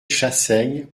chassaigne